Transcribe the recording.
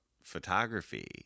photography